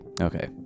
Okay